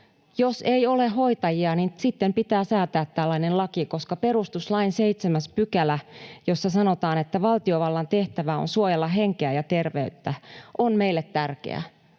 Jos ei ole hoitajia, niin sitten pitää säätää tällainen laki, koska perustuslain 7 §, jossa sanotaan että valtiovallan tehtävä on suojella henkeä ja terveyttä, on meille tärkeä.